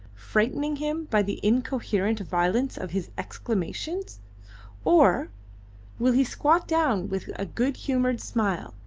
frightening him by the incoherent violence of his exclamations or will he squat down with a good-humoured smile,